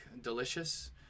delicious